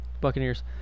Buccaneers